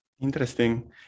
Interesting